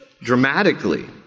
dramatically